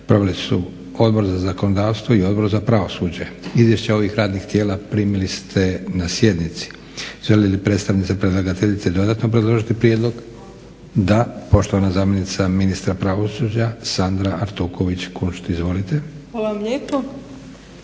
proveli su Odbor za zakonodavstvo i Odbor za pravosuđe. Izvješća ovih radnih tijela primili ste na sjednici. Želi li predstavnica predlagateljice dodatno obrazložiti prijedlog? Da. Poštovana zamjenica ministra pravosuđa Sandra Artuković Kunšt. Izvolite. **Artuković